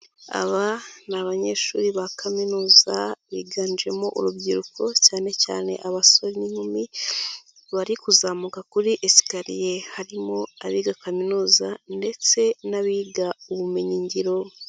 Aba ni abanyeshuri ba kaminuza biganjemo urubyiruko cyane cyane abasore n'inkumi bari kuzamuka kuri esikariye harimo abiga kaminuza ndetse n'abiga ubumenyi ngiro.